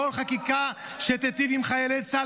כל חקיקה שתיטיב עם חיילי צה"ל,